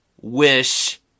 wish